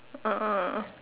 ah